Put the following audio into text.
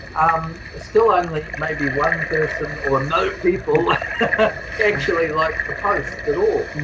um still only maybe one person or no people actually liked the post at all.